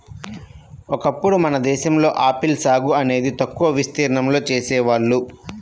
ఒకప్పుడు మన దేశంలో ఆపిల్ సాగు అనేది తక్కువ విస్తీర్ణంలో చేసేవాళ్ళు